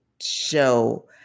show